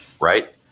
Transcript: Right